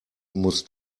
muss